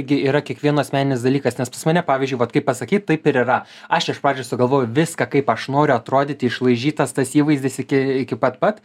yra kiekvieno asmeninis dalykas nes pas mane pavyzdžiui kaip pasakyt taip ir yra aš iš pradžių sugalvojau viską kaip aš noriu atrodyti išlaižytas tas įvaizdis iki iki pat pat